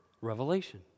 Revelation